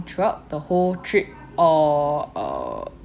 throughout the whole trip or uh